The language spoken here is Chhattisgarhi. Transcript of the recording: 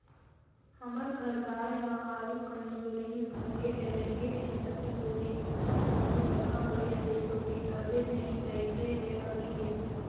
हमर घर गाय ह आरुग कमजोरहिन होगें हे रेंगे नइ सकिस होहि त कोनो जघा बइठ गईस होही तबे नइ अइसे हे अभी ले